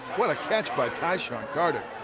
what a catch by tysean carter.